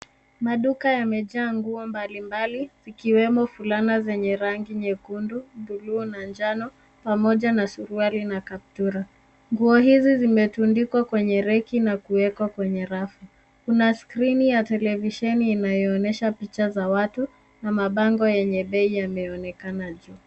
Maduka yamejaa nguo mbalimbali, zikiwemo fulana za rangi nyekundu, buluu na njano, pamoja na suruali na kaptura. Nguo hizi zimetundikwa kwenye reki na kuwekwa kwenye rafu. Kuna skrini ya televisheni inayoonyesha picha za watu na mabango yenye bei yameonekana juu.